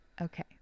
okay